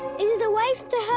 and the wife, the